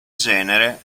genere